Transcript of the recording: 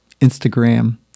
Instagram